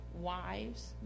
wives